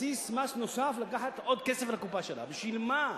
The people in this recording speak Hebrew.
בסיס מס נוסף לקחת עוד כסף לקופה שלה, בשביל מה?